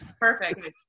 perfect